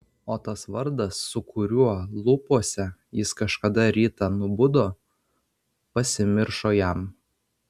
o tas vardas su kuriuo lūpose jis kažkada rytą nubudo pasimiršo jam